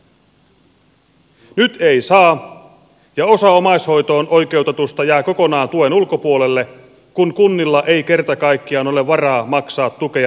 nyt eivät saa ja osa omaishoitoon oikeutetuista jää kokonaan tuen ulkopuolelle kun kunnilla ei kerta kaikkiaan ole varaa maksaa tukea riittävästi